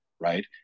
right